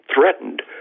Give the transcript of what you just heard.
threatened